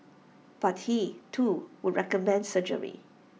but he too would recommend surgery